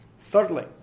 thirdly